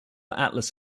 atlas